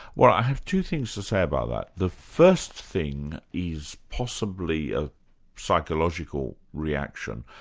well i have two things to say about that. the first thing is possibly a psychological reaction,